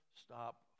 stop